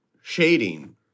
shading